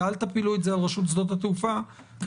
ואל תפילו את זה על רשות שדות התעופה כי